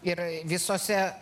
ir visose